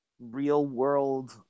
real-world